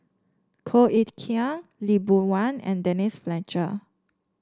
Koh Eng Kian Lee Boon Wang and Denise Fletcher